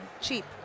Cheap